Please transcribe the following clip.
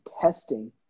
testing